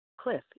Cliff